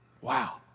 Wow